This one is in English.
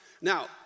Now